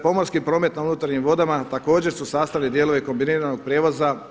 Pomorski promet na unutarnjim vodama također su sastavni dijelovi kombiniranog prijevoza.